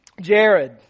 Jared